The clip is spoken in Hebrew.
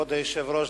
כבוד היושב-ראש,